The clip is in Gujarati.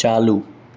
ચાલુ